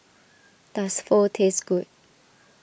does Pho taste good